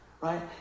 right